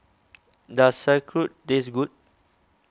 does Sauerkraut taste good